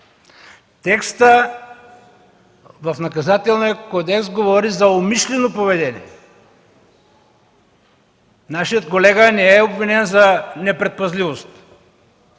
Текстът в Наказателния кодекс говори за умишлено поведение! Нашият колега не е обвинен за непредпазливост!